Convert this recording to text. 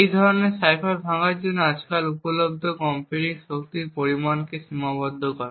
এই ধরনের সাইফার ভাঙ্গার জন্য আজকাল উপলব্ধ কম্পিউটিং শক্তির পরিমাণকে সীমাবদ্ধ করে